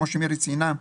כמו שמירי ציינה,